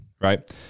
right